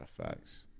facts